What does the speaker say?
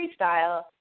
freestyle